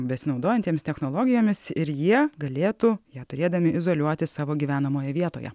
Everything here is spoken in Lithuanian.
besinaudojantiems technologijomis ir jie galėtų ją turėdami izoliuotis savo gyvenamojoje vietoje